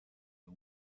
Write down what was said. the